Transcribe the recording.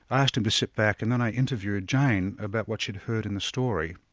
i asked him to sit back, and then i interviewed jane about what she'd heard in the story.